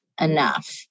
enough